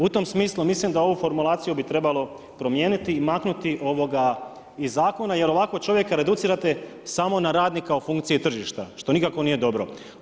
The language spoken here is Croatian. U tom smislu mislim da bi ovu formulaciju trebalo promijeniti i maknuti iz zakona jer ovako čovjeka reducirate samo na radnika u funkciji tržišta što nikako nije dobro.